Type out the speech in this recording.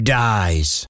dies